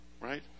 right